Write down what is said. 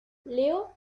leo